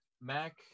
Mac